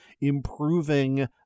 improving